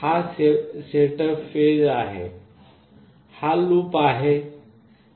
हा setup phase आहे आणि हा लूप आहे